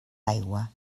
aigua